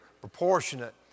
proportionate